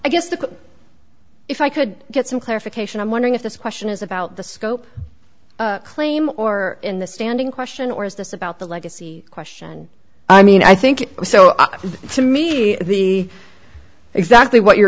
i guess the if i could get some clarification i'm wondering if this question is about the scope claim or in the standing question or is this about the legacy question i mean i think so i mean the exactly what you're